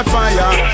fire